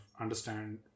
understand